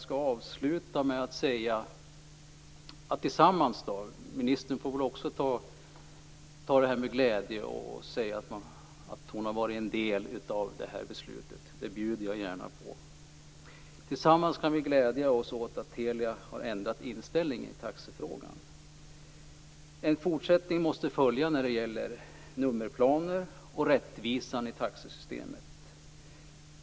Vi kan tillsammans - ministern får också ta detta med glädje och säga att hon har varit en del av beslutet, det bjuder jag gärna på - glädja oss åt att Telia har ändrat inställning i taxefrågan. En fortsättning måste följa när det gäller nummerplaner och rättvisan i taxesystemet.